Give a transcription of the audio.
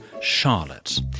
Charlotte